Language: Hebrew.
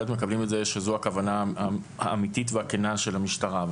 מקבלים את זה שזו הכוונה האמיתית והכנה של המשטרה.